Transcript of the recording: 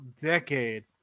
decade